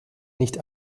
nicht